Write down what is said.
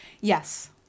Yes